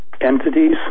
entities